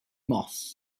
moss